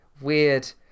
Weird